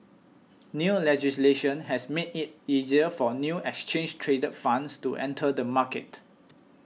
new legislation has made it easier for new exchange traded funds to enter the market